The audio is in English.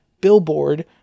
billboard